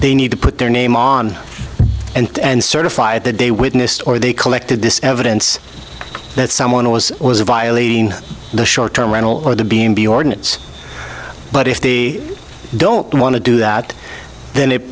they need to put their name on and certify the day witnessed or they collected this evidence that someone was violating the short term rental or the beam be ordinates but if they don't want to do that then it